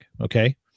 okay